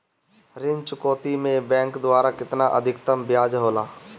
ऋण चुकौती में बैंक द्वारा केतना अधीक्तम ब्याज होला?